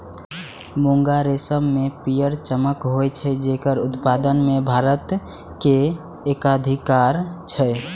मूंगा रेशम मे पीयर चमक होइ छै, जेकर उत्पादन मे भारत के एकाधिकार छै